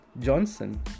Johnson